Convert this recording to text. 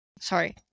Sorry